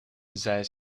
zij